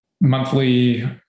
monthly